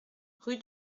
rue